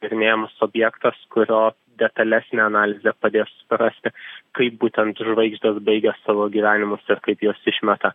tyrinėjimas objektas kurio detalesnė analizė padės suprasti kaip būtent žvaigždės baigia savo gyvenimus ir kaip jos išmeta